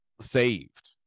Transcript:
saved